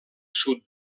sud